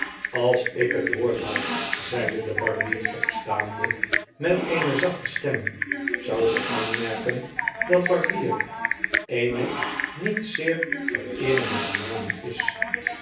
als ik het woord had zeide de barbier opstaande met eene zachte stem zou ik aanmerken dat barbier eene niet zeer vereerende benaming is